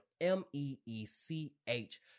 M-E-E-C-H